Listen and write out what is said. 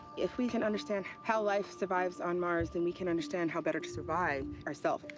if we can understand how life survives on mars, then we can understand how better to survive ourself.